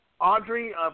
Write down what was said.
Audrey